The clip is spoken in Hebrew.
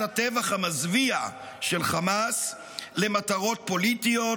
הטבח המזוויע של חמאס למטרות פוליטיות